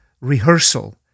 rehearsal